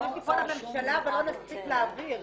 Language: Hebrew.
עאידה, לפני שתיפול הממשלה ולא נספיק להעביר.